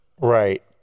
Right